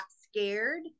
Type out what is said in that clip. scared